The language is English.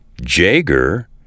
Jager